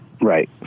Right